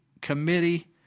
Committee